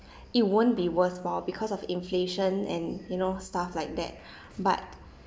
it won't be worthwhile because of inflation and you know stuff like that but